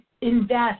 invest